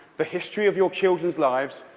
the history of your children's lives,